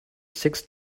six